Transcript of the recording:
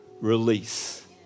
release